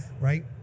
right